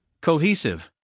Cohesive